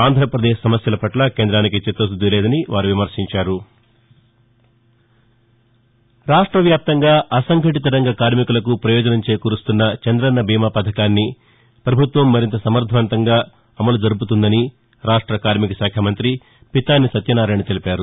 ఆంధ్రప్రదేశ్ సమస్యల పట్ల కేంద్రానికి చిత్తకుద్ది లేదని విమర్శించారు రాష్ట వ్యాప్తంగా అసంఘటిత రంగ కార్నికులకు ప్రయోజనం చేకూరుస్తున్న చంద్రన్న బీమా పథకాన్ని ప్రభుత్వం మరింత సమర్గంతంగా అమలు జరుపుతుందని రాష్ట కార్మిక శాఖ మంతి పితాని సత్యనారాయణ తెలిపారు